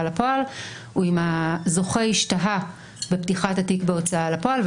לפועל הוא אם הזוכה השתהה בפתיחת התיק בהוצאה לפועל.